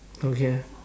okay